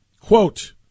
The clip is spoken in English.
Quote